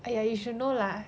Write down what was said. !aiya! you should know lah